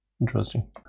Interesting